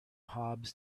hobs